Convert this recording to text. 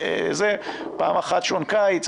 פעם אחת שעון קיץ,